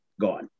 gone